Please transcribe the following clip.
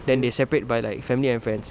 then they separate by like family and friends